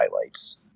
highlights